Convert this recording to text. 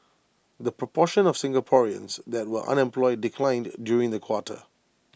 the proportion of Singaporeans that were unemployed declined during the quarter